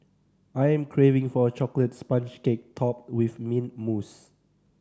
I am craving for a chocolate sponge cake topped with mint mousse